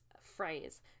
phrase